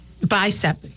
bicep